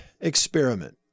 experiment